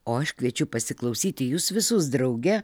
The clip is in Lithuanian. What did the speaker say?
o aš kviečiu pasiklausyti jus visus drauge